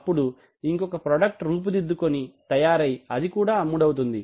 అప్పుడు ఇంకొక ప్రాడక్ట్ రూపు దిద్దుకుని తయారై అది కూడా అమ్ముడవుతుంది